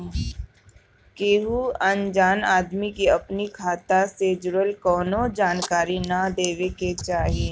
केहू अनजान आदमी के अपनी खाता से जुड़ल कवनो जानकारी ना देवे के चाही